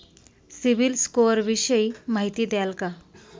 CIBIL score विषयी माहिती द्याल का?